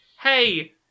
hey